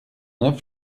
neuf